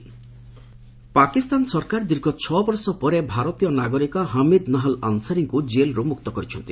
Wagah border Pakistan ସରକାର ଦୀର୍ଘ ଛ' ବର୍ଷ ପରେ ଭାରତୀୟ ନାଗରିକ ହମିଦ ନାହାଲ ଆନ୍ସାରୀଙ୍କୁ ଜେଲରୁ ମୁକ୍ତ କରିଛନ୍ତି